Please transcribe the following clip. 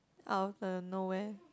out of uh nowhere